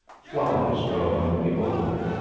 flowers growing in the open,